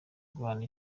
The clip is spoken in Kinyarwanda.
guhana